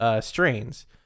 strains